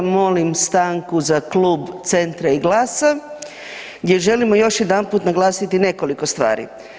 Molim stanku za klub Centra i GLAS-a gdje želimo još jedanput naglasiti nekoliko stvari.